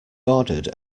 ordered